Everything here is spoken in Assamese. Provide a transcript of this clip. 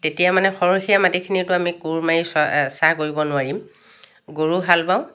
তেতিয়া মানে সৰহিয়া মাটিখিনিটো আমি কোৰ মাৰি চ চাহ কৰিব নোৱাৰিম গৰু হাল বাওঁ